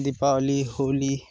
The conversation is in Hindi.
दीपावली होली